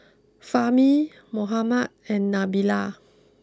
Fahmi Muhammad and Nabila